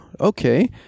Okay